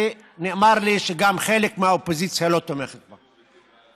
ונאמר לי שגם חלק מהאופוזיציה לא תומך בה.